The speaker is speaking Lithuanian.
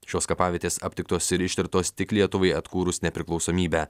šios kapavietės aptiktos ir ištirtos tik lietuvai atkūrus nepriklausomybę